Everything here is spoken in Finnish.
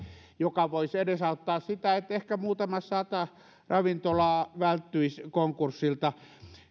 joka voisi edesauttaa sitä että ehkä muutama sata ravintolaa välttyisi konkurssilta niin